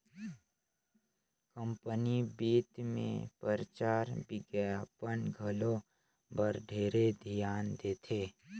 company बित मे परचार बिग्यापन घलो बर ढेरे धियान देथे